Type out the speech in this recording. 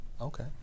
okay